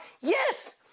yes